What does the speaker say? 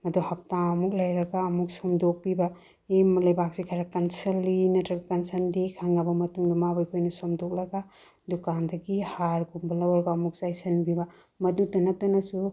ꯃꯗꯣ ꯍꯞꯇꯥ ꯑꯃꯃꯨꯛ ꯂꯩꯔꯒ ꯑꯃꯨꯛ ꯁꯨꯡꯗꯣꯛꯄꯤꯕ ꯂꯩꯕꯥꯛꯁꯦ ꯈꯔ ꯀꯟꯁꯤꯜꯂꯤ ꯅꯠꯇ꯭ꯔꯒ ꯀꯟꯁꯤꯟꯗꯦ ꯈꯪꯉꯕ ꯃꯇꯨꯡ ꯃꯥꯕꯨ ꯑꯩꯈꯣꯏꯅ ꯁꯣꯝꯗꯣꯛꯂꯒ ꯗꯨꯀꯥꯟꯗꯒꯤ ꯍꯥꯔꯒꯨꯝꯕ ꯂꯧꯔꯒ ꯑꯃꯨꯛ ꯆꯥꯏꯁꯤꯟꯕꯤꯕ ꯃꯗꯨꯇ ꯅꯠꯇꯅꯁꯨ